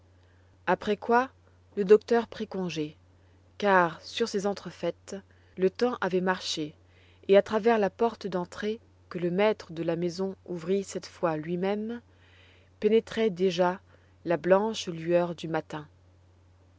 après quoi le docteur prit congé car sur ces entrefaites le temps avait marché et à travers la porte d'entrée que la maître de la maison ouvrit cette fois lui-même pénétrait déjà la blanche lueur du matin